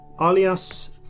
alias